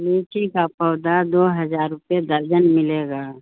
لیچی کا پودا دو ہزار روپے درجن ملے گا